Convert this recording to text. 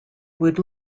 would